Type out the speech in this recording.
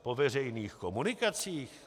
Po veřejných komunikacích?